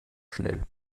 schnell